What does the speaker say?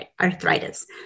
arthritis